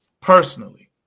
personally